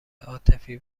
عاطفی